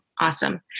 awesome